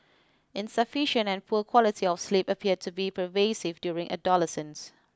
insufficient and poor quality of sleep appear to be pervasive during adolescence